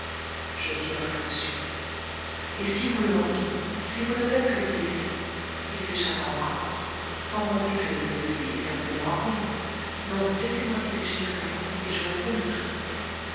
je tirerai dessus et si vous le manquez si vous ne faites que le blesser il s'échappera encore sans compter que lui aussi est certainement armé non laissez-moi diriger l'expérience et je réponds de tout